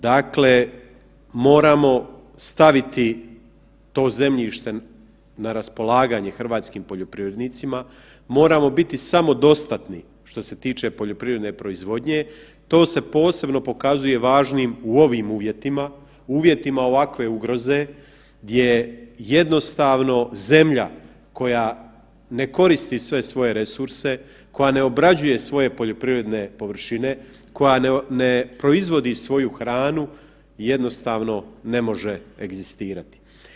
Dakle, moramo staviti to zemljište na raspolaganje hrvatskim poljoprivrednicima, moramo biti samodostatni što se tiče poljoprivredne proizvodnje, to se posebno pokazuje važnim u ovim uvjetima u uvjetima ovakve ugroze gdje jednostavno zemlja koja ne koristi sve svoje resurse, koja ne obrađuje svoje poljoprivredne površine, koja ne proizvodi svoju hranu jednostavno ne može egzistirati.